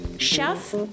chef